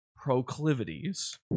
proclivities